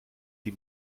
die